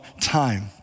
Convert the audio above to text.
time